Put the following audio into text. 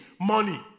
money